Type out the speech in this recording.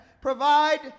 provide